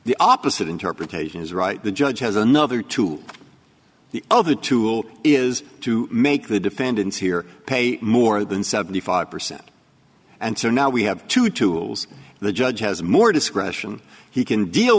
the opposite interpretation is right the judge has another tool the other tool is to make the defendants here pay more than seventy five percent and so now we have two tools the judge has more discretion he can deal